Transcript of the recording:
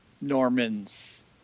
Norman's